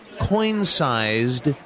coin-sized